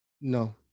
No